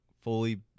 Fully